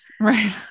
right